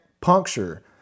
puncture